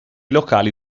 locali